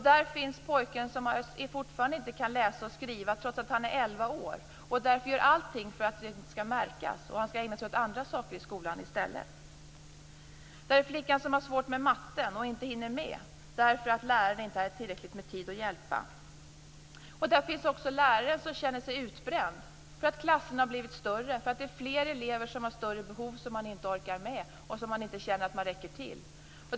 Där finns pojken som fortfarande inte kan läsa eller skriva trots att han är 11 år, och därför gör han allt för att det inte skall märkas och ägnar sig åt annat i skolan i stället. Där finns flickan som har svårt med matten och inte hinner med därför att läraren inte har tillräckligt med tid att hjälpa. Där finns också läraren som känner sig utbränd, för att klasserna har blivit större och det är fler elever som har större behov som man inte orkar med och räcker till för.